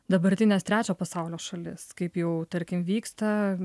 dabartines trečio pasaulio šalis kaip jau tarkim vyksta